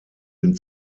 den